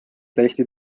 täiesti